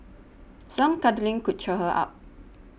some cuddling could cheer her up